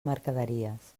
mercaderies